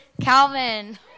Calvin